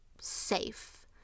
safe